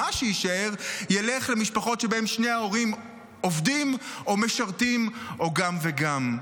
מה שיישאר ילך למשפחות שבהן שני ההורים עובדים או משרתים או גם וגם.